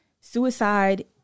Suicide